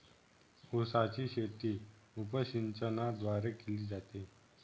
उसाची शेती उपसिंचनाद्वारे केली जाते